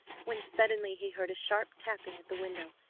when suddenly he heard a sharp tapping at the window,